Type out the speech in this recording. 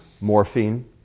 morphine